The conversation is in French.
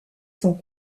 sans